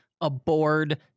aboard